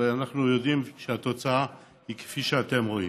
אנחנו יודעים שתוצאה היא כפי שאתם רואים.